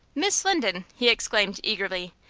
miss linden! he exclaimed, eagerly.